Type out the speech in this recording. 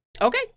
Okay